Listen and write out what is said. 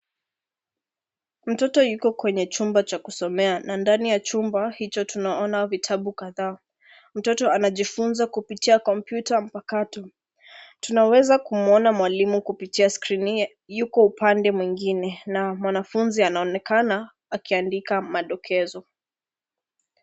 Mtoto yuko kwenye chumba cha kusomea na ndani ya chumba hicho, tunaona vitabu kadhaa. Mtoto anajifunza kupitia kompyuta mpakato. Tunaweza kumwona mwalimu kupitia skriniye, yuko upande mwingine na mwanafunzi anaonekana akiandika madokezo.